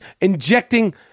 injecting